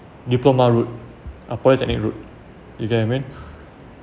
diploma route a polytechnic route you get I mean